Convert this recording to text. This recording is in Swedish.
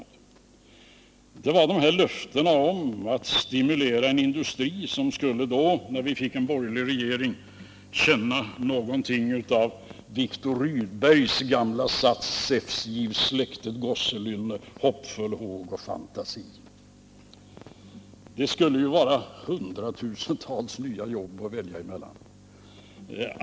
Vidare var det löftena om att stimulera en industri som då, när vi fick en borgerlig regering, skulle känna någonting av Viktor Rydbergs gamla maning: ”Zeus, giv släktet gosselynne, hoppfull håg och fantasi!” Det skulle ju vara hundratusentals nya jobb att välja emellan.